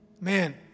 Man